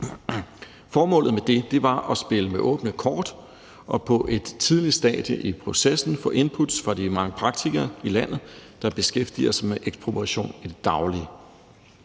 Formålet med det var at spille med åbne kort og på et tidligt stadie i processen få inputs fra de mange praktikere i landet, der beskæftiger sig med ekspropriation i det daglige.